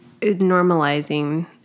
normalizing